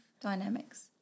dynamics